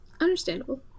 Understandable